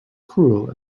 cruel